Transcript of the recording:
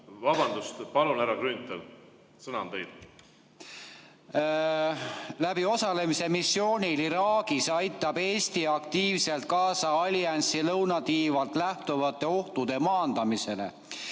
Vabandust! Palun, härra Grünthal, sõna on teil! ... läbi osalemise missioonil Iraagis aitab Eesti aktiivselt kaasa alliansi lõunatiivalt lähtuvate ohtude maandamisele